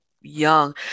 young